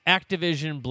Activision